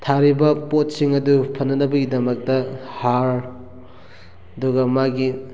ꯊꯥꯔꯤꯕ ꯄꯣꯠꯁꯤꯡꯑꯗꯨ ꯐꯅꯅꯕꯒꯤ ꯗꯃꯛꯇ ꯍꯥꯔ ꯑꯗꯨꯒ ꯃꯥꯒꯤ